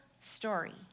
story